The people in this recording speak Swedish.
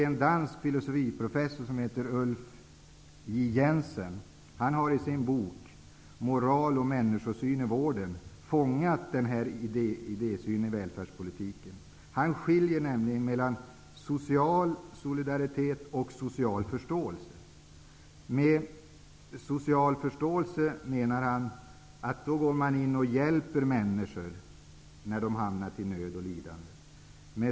En dansk filosofiprofessor som heter Ulf J. Jensen har i sin bok Moral och människosyn i vården fångat den här idésynen i välfärdspolitiken. Han skiljer nämligen mellan social solidaritet och social förståelse. Social förståelse menar han är att hjälpa människor när de har hamnat i nöd och lidande.